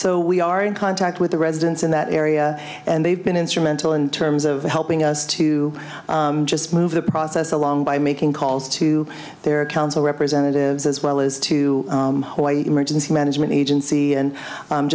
so we are in contact with the residents in that area and they've been instrumental in terms of helping us to just move the process along by making calls to their council representatives as well as to why emergency management agency and